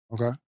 Okay